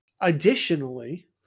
Additionally